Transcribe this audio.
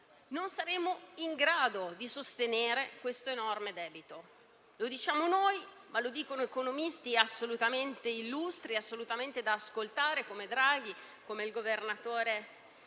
non saremo in grado di sostenere questo enorme debito. Lo diciamo noi, ma lo dicono anche economisti assolutamente illustri e da ascoltare, come Draghi e il governatore